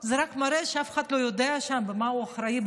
רק מראה שאף אחד לא יודע שם למה הוא אחראי,